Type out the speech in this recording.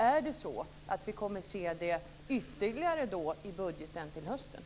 Är det så att vi kommer att se ytterligare av det i budgeten till hösten?